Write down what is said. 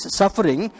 suffering